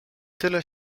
tyle